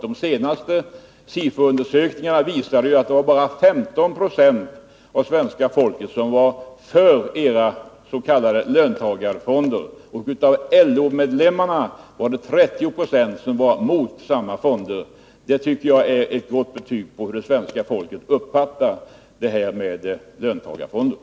De senaste SIFO-undersökningarna visade ju att det var bara 15 96 av svenska folket som var för era s.k. löntagarfonder, och av LO-medlemmarna var det 30 20 som var mot samma fonder. Det tycker jag är ett gott betyg åt det svenska folkets sätt att uppfatta löntagarfonderna.